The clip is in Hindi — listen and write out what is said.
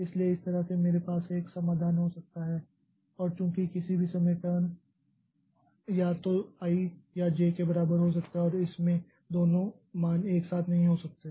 इसलिए इस तरह से मेरे पास एक समाधान हो सकता है और चूंकि किसी भी समय टर्न या तो i या j के बराबर हो सकता है और इसमें दोनों मान एक साथ नहीं हो सकते